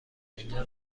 اینجا